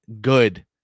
good